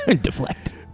Deflect